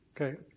Okay